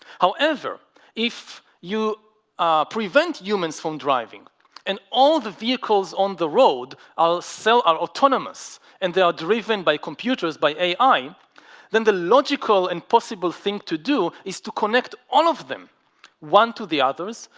however if you uhh prevent humans from driving and all the vehicles on the road i'll sell our autonomous and they are driven by computers by ai then the logical and possible thing to do is to connect all of them one to the others,